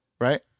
right